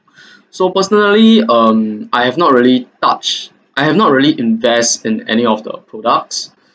so personally um I have not really touched I have not really invest in any of the products